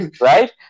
right